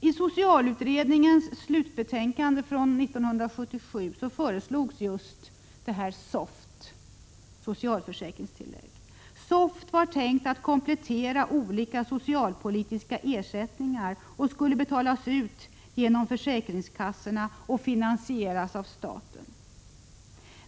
I socialutredningens slutbetänkande från 1977 föreslogs just detta socialförsäkringstillägg. SOFT var tänkt att komplettera olika socialpolitiska ersättningar och skulle betalas ut genom försäkringskassorna och finansieras av staten.